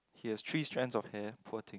he has three strands of hair poor thing